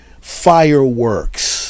fireworks